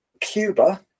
cuba